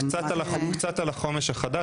קצת על החומש החדש,